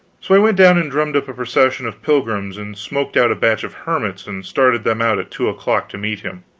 so i went down and drummed up a procession of pilgrims and smoked out a batch of hermits and started them out at two o'clock to meet him.